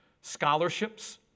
scholarships